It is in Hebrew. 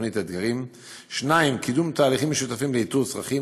תוכנית "אתגרים"; 2. קידום תהליכים משותפים לאיתור צרכים,